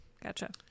gotcha